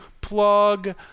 plug